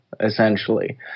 essentially